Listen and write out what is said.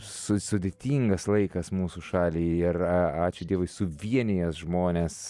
su sudėtingas laikas mūsų šaliai ir a ačiū dievui suvienijęs žmones